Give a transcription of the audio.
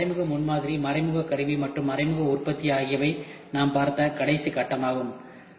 பின்னர் மறைமுக முன்மாதிரி மறைமுக கருவி மற்றும் மறைமுக உற்பத்தி ஆகியவை நாம் பார்த்த கடைசி கட்டமாகும்